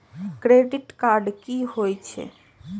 Credit card की होई छै?